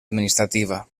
administrativa